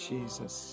Jesus